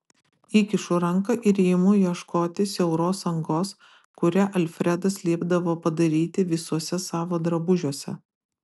įkišu ranką ir imu ieškoti siauros angos kurią alfredas liepdavo padaryti visuose savo drabužiuose